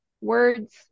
words